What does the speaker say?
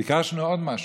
ביקשנו עוד משהו: